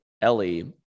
Ellie